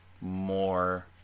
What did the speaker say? more